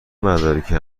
مدارکی